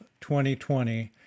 2020